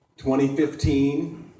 2015